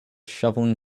shoveling